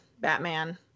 Batman